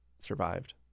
survived